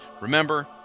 Remember